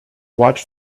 watched